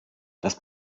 das